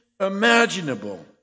imaginable